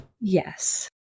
Yes